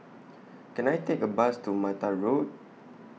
Can I Take A Bus to Mattar Road